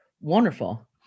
Wonderful